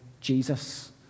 Jesus